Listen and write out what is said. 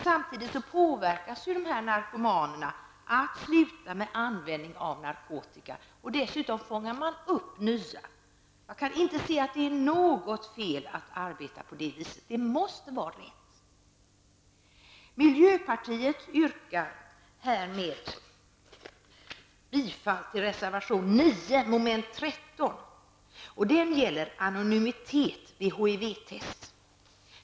Samtidigt påverkas ju dessa narkomaner att sluta med användning av narkotika. Dessutom fångar man upp nya. Det kan inte vara något fel att arbeta på det sättet; det måste vara rätt. Miljöpartiet yrkar härmed bifall till reservation 9, mom. 13, som gäller anonymitet vid HIV-test.